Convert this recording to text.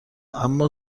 اما